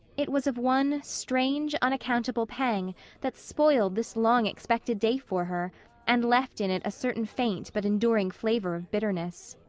it was of one strange, unaccountable pang that spoiled this long-expected day for her and left in it a certain faint but enduring flavor of bitterness.